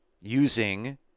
using